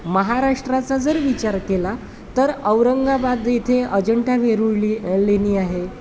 महाराष्ट्राचा जर विचार केला तर औरंगाबाद इथे अजिंठा वेरूळ ले लेणी आहे